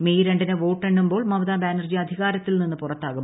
May രണ്ടിന് വോട്ടെണ്ണുമ്പോൾ മമത ബാനർജി അധികാരത്തിൽ നിന്ന് പുറത്താകും